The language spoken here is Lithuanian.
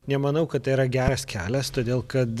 nemanau kad tai yra geras kelias todėl kad